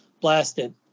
blasted